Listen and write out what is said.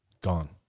Gone